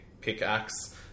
pickaxe